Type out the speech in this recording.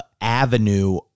avenue